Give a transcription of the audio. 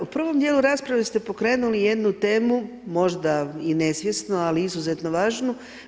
U prvom dijelu raspravu ste pokrenuli jednu temu, možda i nesvjesno, ali izuzetno važnu.